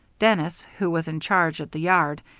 dennis, who was in charge at the yard,